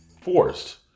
forced